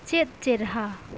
ᱪᱮᱫ ᱪᱮᱨᱦᱟ